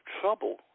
trouble